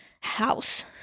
house